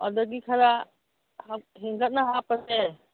ꯑꯗꯨꯗꯒꯤ ꯈꯔ ꯍꯦꯟꯒꯠꯅ ꯍꯥꯞꯄꯁꯦ